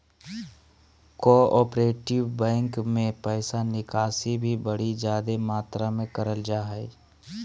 cooperative bank मे पैसा निकासी भी बड़ी जादे मात्रा मे करल जा हय